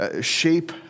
shape